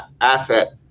asset